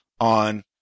on